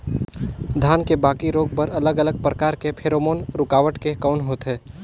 धान के बाकी रोग बर अलग अलग प्रकार के फेरोमोन रूकावट के कौन होथे?